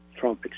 Trump